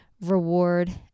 reward